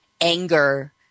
anger